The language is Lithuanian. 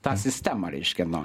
tą sistemą reiškia